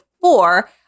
four